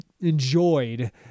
enjoyed